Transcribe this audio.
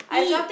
eat